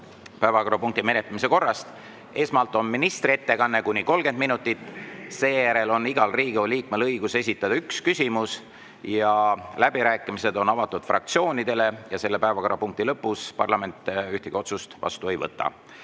päevakorrapunkti menetlemise korrast. Esmalt on ministri ettekanne kuni 30 minutit. Seejärel on igal Riigikogu liikmel õigus esitada üks küsimus. Läbirääkimised on avatud fraktsioonidele. Selle päevakorrapunkti lõpus parlament ühtegi otsust vastu ei võta. Ja